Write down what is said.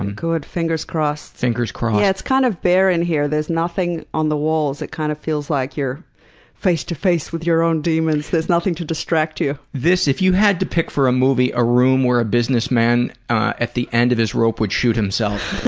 and good, fingers crossed. fingers crossed. yeah, it's kind of bare in here. there's nothing on the walls. it kind of feels like you're face-to-face with your own demons. there's nothing to distract you. if you had to pick for a movie a room where a businessman at the end of his rope would shoot himself,